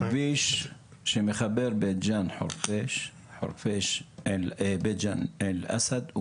כביש שמחבר בית ג'ן-עין אל אסד,